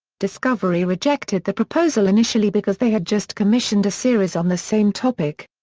discovery rejected the proposal initially because they had just commissioned a series on the same topic.